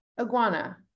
iguana